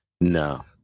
No